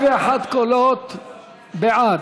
41 קולות בעד,